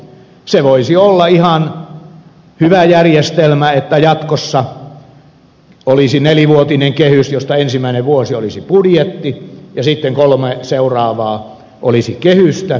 se voisi olla ihan hyvä järjestelmä että jatkossa olisi nelivuotinen kehys josta ensimmäinen vuosi olisi budjetti ja sitten kolme seuraavaa olisivat kehystä